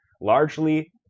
largely